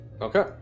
Okay